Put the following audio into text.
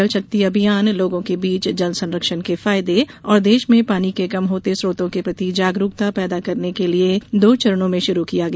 जल शक्ति अभियान लोगों के बीच जल संरक्षण के फायदे और देश में पानी के कम होते स्रोतो के प्रति जागरुकता पैदा करने के लिए दो चरणों में शुरु किया गया